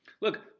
Look